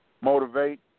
motivate